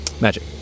magic